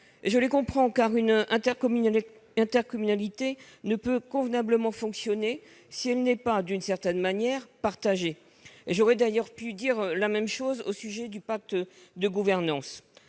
Je les comprends, car une intercommunalité ne peut convenablement fonctionner si elle n'est pas, d'une certaine manière, « partagée ». J'aurais d'ailleurs pu dire la même chose au sujet du pacte de gouvernance.